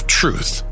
truth